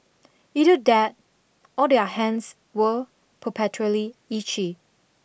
either that or their hands were perpetually itchy